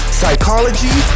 psychology